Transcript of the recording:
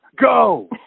Go